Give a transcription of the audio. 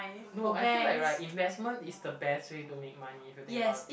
no I feel like right investment is the best way to make money if you think about it